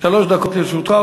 שלוש דקות לרשותך.